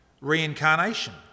reincarnation